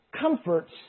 comforts